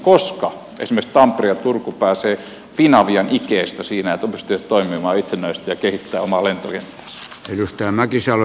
koska esimerkiksi tampere ja turku pääsevät finavian ikeestä siten että pystyvät toimimaan itsenäisesti ja kehittämään omaa lentokenttäänsä